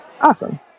Awesome